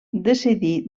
decidir